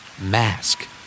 Mask